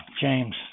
James